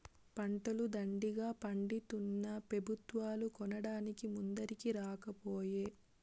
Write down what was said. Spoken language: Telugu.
పంటలు దండిగా పండితున్నా పెబుత్వాలు కొనడానికి ముందరికి రాకపోయే